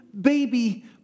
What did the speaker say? baby